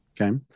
Okay